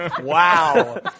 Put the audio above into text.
Wow